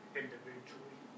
individually